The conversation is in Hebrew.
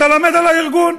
אתה לומד על הארגון.